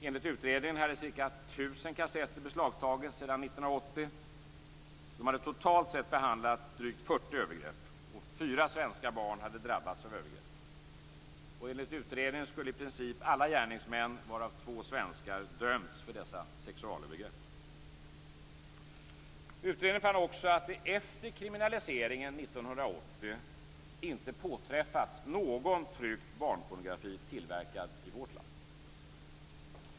Enligt utredningen hade ca 1 000 kassetter beslagtagits sedan 1980. De hade totalt sett behandlat drygt 40 övergrepp, och 4 svenska barn hade drabbats av övergreppen. Enligt utredningen skulle i princip alla gärningsmän, varav två svenskar, ha dömts för dessa sexualövergrepp. Utredningen fann också att det efter kriminaliseringen 1980 inte påträffats någon tryckt barnpornografi tillverkad i vårt land.